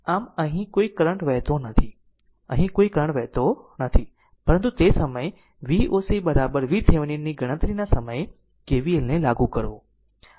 આમ અહીં કોઈ કરંટ વહેતો નથી અહીં કોઈ કરંટ વહેતો નથી પરંતુ તે સમયે Voc અથવા VThevenin ની ગણતરીના સમયે KVL ને લાગુ કરવો